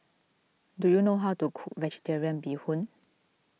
do you know how to cook Vegetarian Bee Hoon